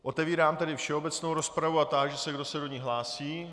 Otevírám tedy všeobecnou rozpravu a táži se, kdo se do ní hlásí.